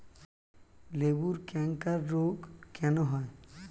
লেবুর ক্যাংকার রোগ কেন হয়?